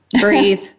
breathe